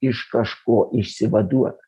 iš kažko išsivaduot